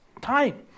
Time